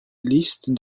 liste